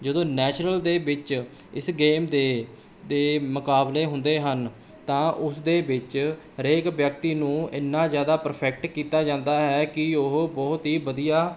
ਜਦੋਂ ਨੈਸ਼ਨਲ ਦੇ ਵਿੱਚ ਇਸ ਗੇਮ ਦੇ ਦੇ ਮੁਕਾਬਲੇ ਹੁੰਦੇ ਹਨ ਤਾਂ ਉਸਦੇ ਵਿੱਚ ਹਰੇਕ ਵਿਅਕਤੀ ਨੂੰ ਇੰਨਾ ਜ਼ਿਆਦਾ ਪਰਫੈਕਟ ਕੀਤਾ ਜਾਂਦਾ ਹੈ ਕਿ ਉਹ ਬਹੁਤ ਹੀ ਵਧੀਆ